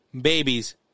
babies